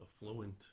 affluent